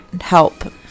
help